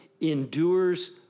endures